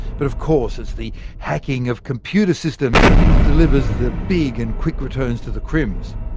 but of course, it's the hacking of computer systems that deliver the big and quick returns to the crims.